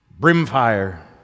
brimfire